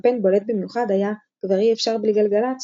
קמפיין בולט במיוחד היה "כבר אי אפשר בלי גלגלצ",